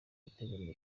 itegamiye